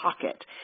pocket